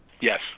Yes